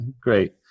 Great